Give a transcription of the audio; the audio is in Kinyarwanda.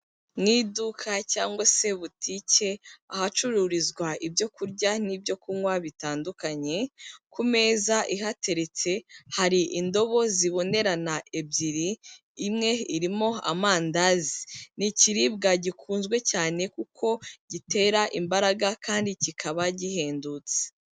Mu iduka cyangwa se butike ahacururizwa ibyo kurya n'ibyo kunywa bitandukanye, ku meza ihateretse hari indobo ziboneranarana ebyiri, imwe irimo amandazi. Ni ikiribwa gikunzwe cyane kuko gitera imbaraga kandi kikaba gihendutse.